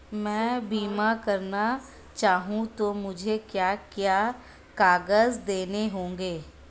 मैं बीमा करना चाहूं तो मुझे क्या क्या कागज़ देने होंगे?